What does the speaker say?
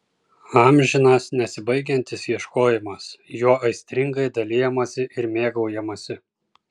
amžinas nesibaigiantis ieškojimas juo aistringai dalijamasi ir mėgaujamasi